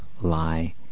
lie